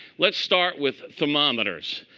let's start with thermometers.